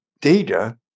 data